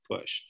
push